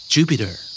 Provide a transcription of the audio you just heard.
Jupiter